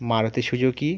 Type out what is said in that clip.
Maruti Suzuki